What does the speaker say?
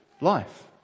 life